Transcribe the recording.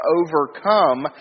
overcome